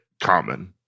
Common